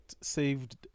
saved